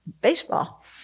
baseball